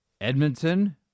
Edmonton